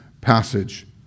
passage